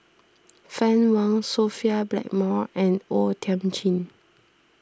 Fann Wong Sophia Blackmore and O Thiam Chin